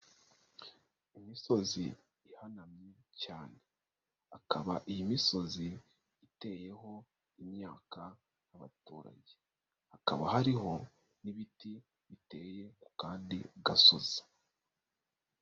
Imisozi ihanamye cyane. Akaba iyi misozi iteyeho imyaka y'abaturage. Hakaba hariho, n'ibiti biteye ku kandi gasozi.